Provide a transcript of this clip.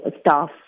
staff